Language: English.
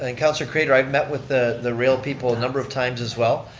and councilor craitor, i met with the the rail people a number of times as well,